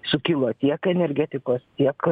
sukilo tiek energetikos tiek